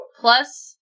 plus